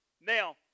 Now